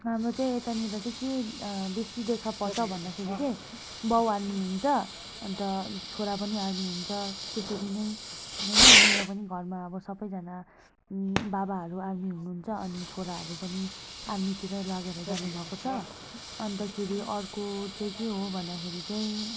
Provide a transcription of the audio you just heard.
हाम्रो चाहिँ यतानिर चाहिँ के बेसी देखापर्छ भन्दाखेरि चाहिँ बाउ आर्मी हुन्छ अन्त छोरा पनि आर्मी हुन्छ त्यसरी नै होइन मेरो पनि घरमा अब सबैजना बाबाहरू आर्मी हुनुहुन्छ अनि छोराहरू पनि आर्मीतिर लागेर जानु भएको छ अन्तखेरि अर्को चाहिँ के हो भन्दाखेरि चाहिँ